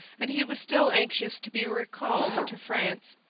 and he was still anxious to be recalled to france.